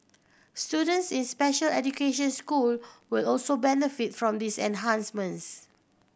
students in special education school will also benefit from these enhancements